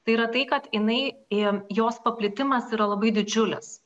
tai yra tai kad jinai im jos paplitimas yra labai didžiulis